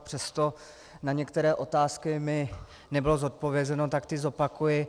Přesto na některé otázky mi nebylo zodpovězeno, tak ty zopakuji.